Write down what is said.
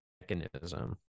mechanism